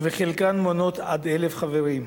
וחלקן מונות עד 1,000 חברים.